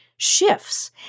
shifts